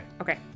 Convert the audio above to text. Okay